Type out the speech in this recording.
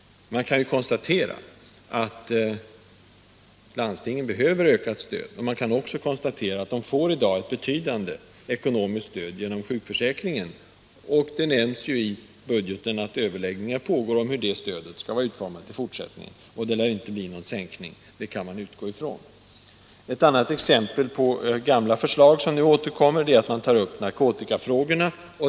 Vi kan konstatera att landstingen behöver mer Allmänpolitisk debatt Allmänpolitisk debatt pengar och att de i dag får ett betydande ekonomiskt stöd genom sjukförsäkringen. Det nämns i budgeten att överläggningar pågår om hur detta stöd skall vara utformat i fortsättningen, och att det inte blir någon sänkning kan man utgå från. Ett annat exempel på gamla förslag som nu återkommer är narkomanvården. Där föreslår oppositionen anslagshöjningar.